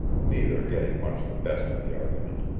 neither getting much the best of the argument.